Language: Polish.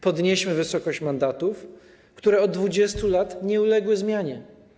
Podnieśmy wysokość mandatów, która od 20 lat nie uległa zmianie.